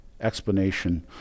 explanation